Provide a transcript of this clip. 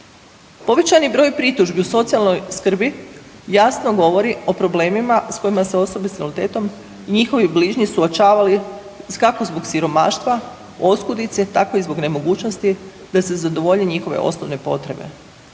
Povećani broj pritužbi u socijalnoj skrbi jasno govori o problemima s kojima se osobe s invaliditetom i njihovi bližnji suočavali kako zbog siromaštva, oskudice tako i zbog nemogućnosti da se zadovoljni njihove osnovne potrebe.